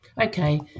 Okay